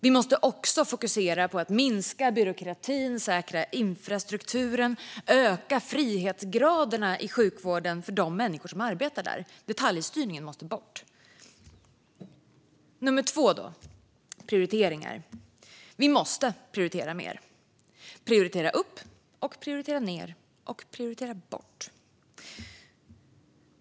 Vi måste också fokusera på att minska byråkratin, säkra infrastrukturen och öka frihetsgraderna i sjukvården för de människor som arbetar där. Detaljstyrningen måste bort. Låt mig gå över till prioriteringarna. Vi måste prioritera mer - prioritera upp, prioritera ned och prioritera bort.